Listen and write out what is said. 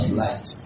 light